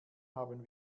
haben